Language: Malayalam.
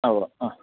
അവിടെ ആ